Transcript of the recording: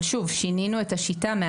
אבל שינינו את השיטה.